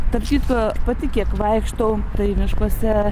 tarp kitko patikėk vaikštau tai miškuose